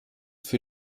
für